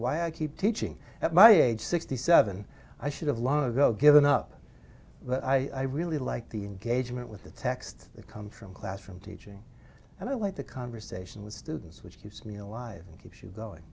why i keep teaching at my age sixty seven i should have long ago given up but i really like the engagement with the text that come from classroom teaching and i like the conversation with students which keeps me alive and keeps you going